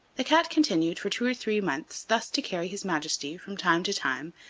the cat continued for two or three months thus to carry his majesty, from time to time,